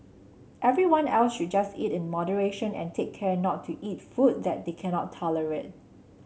everyone else should just eat in moderation and take care not to eat food that they cannot tolerate